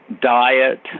diet